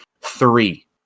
three